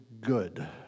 good